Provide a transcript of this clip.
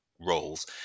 roles